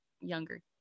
younger